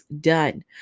done